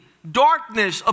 darkness